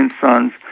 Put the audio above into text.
Sons